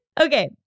Okay